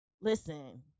listen